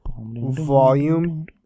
volume